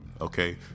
Okay